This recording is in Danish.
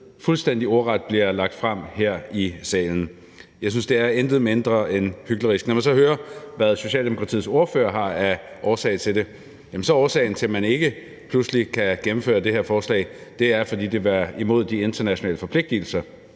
fuldstændig ordret bliver lagt frem her i salen. Jeg synes, det er intet mindre end hyklerisk. Når man så hører, hvad Socialdemokratiets ordfører har af årsager til det, så er årsagen til, at man pludselig ikke kan gennemføre det her forslag, at det vil være imod de internationale forpligtelser.